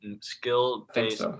skill-based